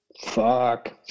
fuck